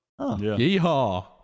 Yeehaw